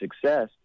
success